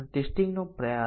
તેથી પરિણામ બદલાતું નથી